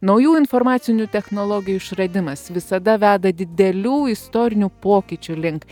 naujų informacinių technologijų išradimas visada veda didelių istorinių pokyčių link